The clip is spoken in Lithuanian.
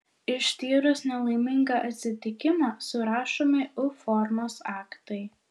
ištyrus nelaimingą atsitikimą surašomi u formos aktai